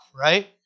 right